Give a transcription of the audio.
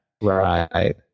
right